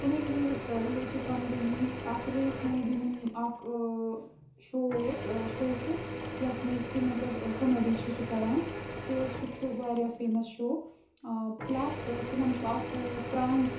comedy related وَنہٕ بہٕ یی اَکھ ریٖس محدیٖنُن اَکھ شو اوس شو چھُ یَتھ منٛز کہِ مطلب کومیڈی چھِ سُہ کَران تہٕ سُہ چھُ واریاہ فٮ۪مَس شو پٕلَس تِمَن چھُ اَکھ پرٛانٛک